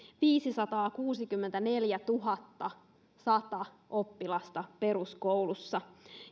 viisisataakuusikymmentäneljätuhattasata oppilasta peruskoulussa